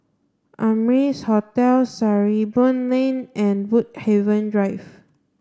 Amrise Hotel Sarimbun Lane and Woodhaven Drive